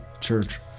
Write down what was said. church